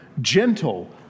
gentle